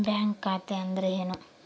Bank ಖಾತೆ ಅಂದರೆ ಏನು?